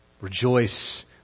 Rejoice